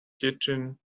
kitchen